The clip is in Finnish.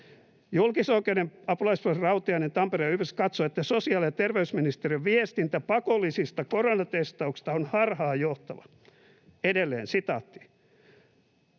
”Julkisoikeuden apulaisprofessori Rautiainen Tampereen yliopistosta katsoo, että sosiaali- ja terveysministeriön viestintä pakollisista koronatestauksista on harhaanjohtavaa.” Edelleen sitaatti: